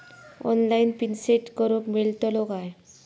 Online pin set करूक मेलतलो काय?